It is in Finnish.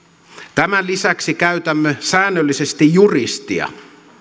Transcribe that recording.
tämän lisäksi käytämme säännöllisesti juristia